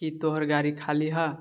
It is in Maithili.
की तोहर गाड़ी खाली हऽ